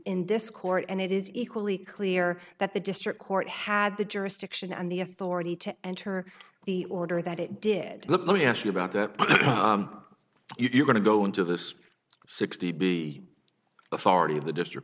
in this court and it is equally clear that the district court had the jurisdiction and the authority to enter the order that it did look let me ask you about that you're going to go into this sixty b authority of the district